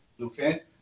okay